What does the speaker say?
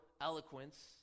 eloquence